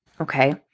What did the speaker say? Okay